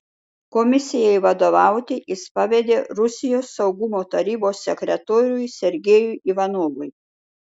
komisijai vadovauti jis pavedė rusijos saugumo tarybos sekretoriui sergejui ivanovui